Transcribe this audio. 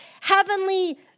heavenly